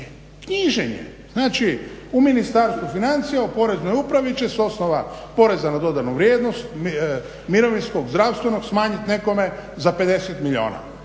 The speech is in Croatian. knjiženje. Znači u Ministarstvu financija u Poreznoj upravi će s osnova PDV-a, mirovinskog, zdravstvenog, smanjit nekome za 50 milijuna.